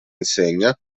insegna